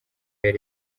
yari